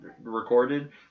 recorded